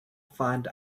find